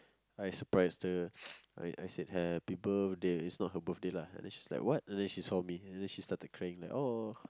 I surprised her I I said happy birthday is not her birthday lah and then she started crying oh